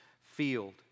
field